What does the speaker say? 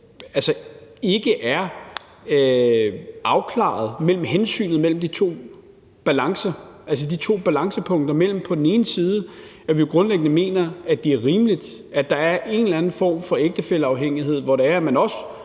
ikke er afklaret mellem de to balancepunkter, hvor vi på den ene side grundlæggende mener, at det er rimeligt, at der er en eller anden form for ægtefælleafhængighed, hvor det er, man også